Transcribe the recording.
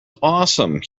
awesome